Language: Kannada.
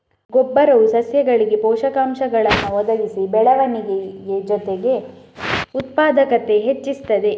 ಗೊಬ್ಬರವು ಸಸ್ಯಗಳಿಗೆ ಪೋಷಕಾಂಶಗಳನ್ನ ಒದಗಿಸಿ ಬೆಳವಣಿಗೆ ಜೊತೆಗೆ ಉತ್ಪಾದಕತೆ ಹೆಚ್ಚಿಸ್ತದೆ